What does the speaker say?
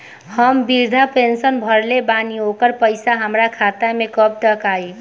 हम विर्धा पैंसैन भरले बानी ओकर पईसा हमार खाता मे कब तक आई?